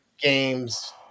games